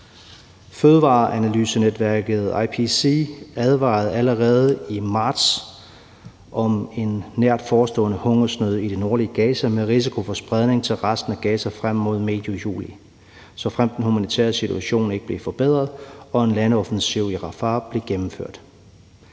Fødevareanalysenetværket IPC advarede allerede i marts om en nært forestående hungersnød i det nordlige Gaza med risiko for spredning til resten af Gaza frem medio juli, såfremt den humanitære situation ikke blev forbedret og en landoffensiv i Rafah blev gennemført.